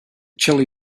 chilli